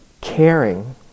caring